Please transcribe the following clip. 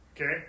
Okay